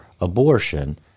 abortion